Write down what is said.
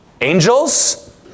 angels